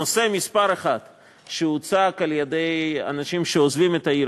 הנושא מספר אחת שהוצג על-ידי אנשים שעוזבים את העיר,